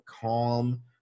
calm